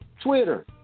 Twitter